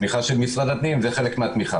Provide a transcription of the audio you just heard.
התמיכה של משרד הפנים זה חלק מהתמיכה.